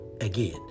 again